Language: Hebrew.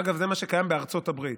אגב, זה מה שקיים בארצות הברית.